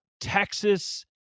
Texas